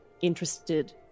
interested